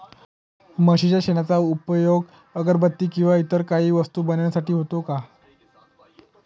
म्हशीच्या शेणाचा उपयोग अगरबत्ती किंवा इतर काही वस्तू बनविण्यासाठी होतो का?